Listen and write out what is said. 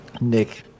Nick